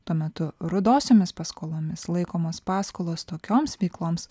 tuo metu rudosiomis paskolomis laikomos paskolos tokioms veikloms